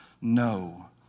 No